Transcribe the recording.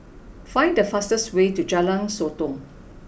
find the fastest way to Jalan Sotong